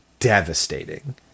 devastating